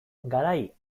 garai